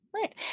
Right